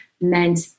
meant